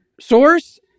source